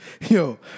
Yo